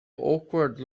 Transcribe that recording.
awkward